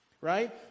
right